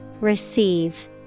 Receive